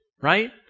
right